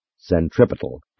centripetal